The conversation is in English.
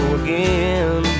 again